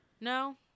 No